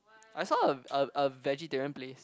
I saw a a a vegetarian place